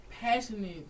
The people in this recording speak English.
passionate